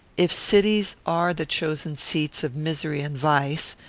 if cities are the chosen seats of misery and vice,